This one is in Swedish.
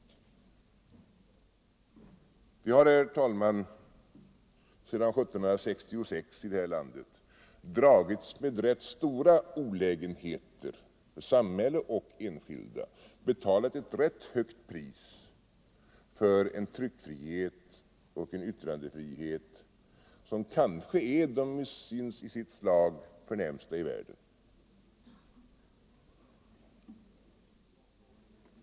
Vi har, herr talman, sedan 1766 i det här landet dragits med rätt stora olägenheter för samhälle och enskilda och alltså betalat ett rätt högt pris miskt förtal miskt förtal för en tryckfrihet och en yttrandefrihet som kanske är de i sitt slag förnämsta i världen.